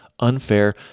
Unfair